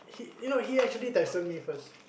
uh you know he actually texted me first